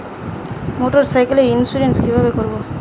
মোটরসাইকেলের ইন্সুরেন্স কিভাবে করব?